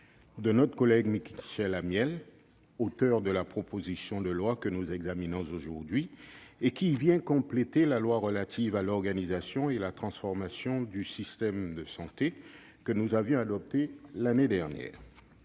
le travail de Michel Amiel, auteur de la proposition de loi que nous examinons aujourd'hui. Celle-ci vient compléter la loi relative à l'organisation et la transformation du système de santé, que nous avons adoptée l'année dernière.